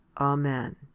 Amen